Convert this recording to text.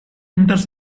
enters